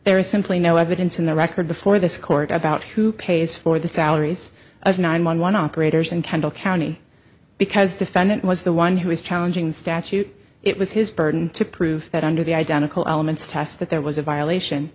there is simply no evidence in the record before this court about who pays for the salaries of nine one one operators and kendall county because defendant was the one who is challenging the statute it was his burden to prove that under the identical elements test that there was a violation